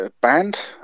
banned